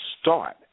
start